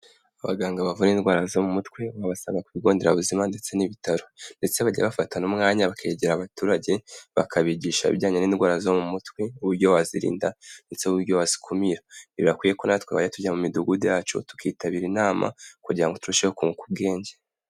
Abaganga bavura indwara zo mu mutwe babasanga ku bigo nderabuzima ndetse n'ibitaro. Ndetse bajya bafatat n'umwanya bakegera abaturage bakabigisha ibijyanye n'indwara zo mu mutwe uburyo wazirinda, ndetse nuburyo wazikumira. Birakwiye kuba twajya tujya mu midugudu yacu tukitabira inama kugira ngo turusheho kunguka ubwenge.